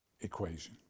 equation